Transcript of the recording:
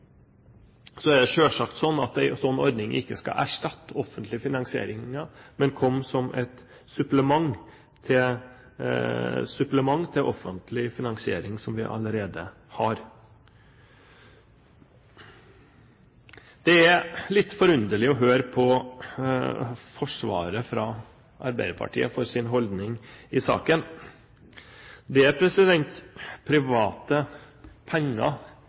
Så er det selvsagt sånn at en slik ordning ikke skal erstatte offentlig finansiering, men komme som et supplement til offentlig finansiering som vi allerede har. Det er litt forunderlig å høre på Arbeiderpartiets forsvar for sin holdning i saken. Det er private penger